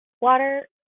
water